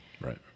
Right